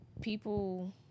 people